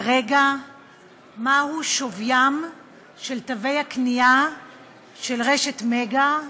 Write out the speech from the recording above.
כרגע מהו שוויים של תווי הקנייה של רשת "מגה",